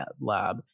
lab